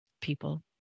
people